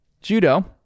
judo